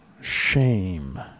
Shame